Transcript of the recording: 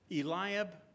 Eliab